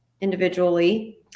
individually